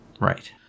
right